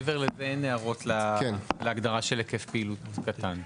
מעבר לזה אין הערות להגדרה של היקף פעילות קטן.